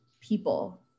people